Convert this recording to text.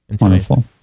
Wonderful